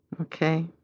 Okay